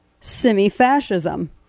semi-fascism